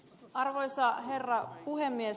arvoisa herra puhemies